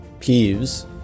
peeves